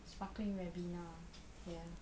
sparkling ribena ya